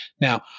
Now